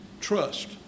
Trust